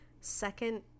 second